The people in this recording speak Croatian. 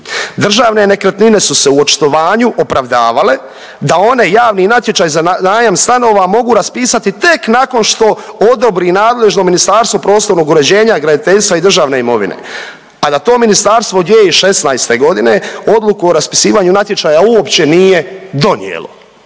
Državne nekretnine su se u očitovanju opravdavale da one javni natječaj za najam stanova mogu raspisati tek nakon što odobri nadležno Ministarstvo prostornog uređenja, graditeljstva i državne imovine, a da to ministarstvo od 2016. godine Odluku o raspisivanju natječaja uopće nije donijelo,